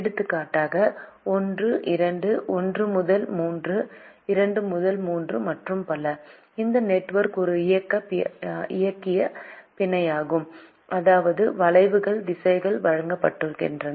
எடுத்துக்காட்டாக 1 2 1 முதல் 3 2 முதல் 3 மற்றும் பல இந்த நெட்வொர்க் ஒரு இயக்கிய பிணையமாகும் அதாவது வளைவுகள் திசைகள் வழங்கப்படுகின்றன